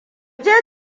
je